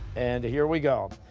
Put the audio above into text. and here we go.